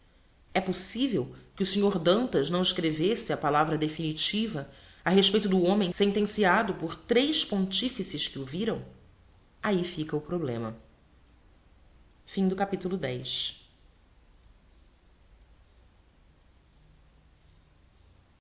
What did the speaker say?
é possivel que o snr dantas não escrevesse a palavra definitiva a respeito do homem sentenciado por tres pontifices que o viram ahi fica o problema os signaes que